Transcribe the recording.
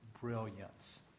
brilliance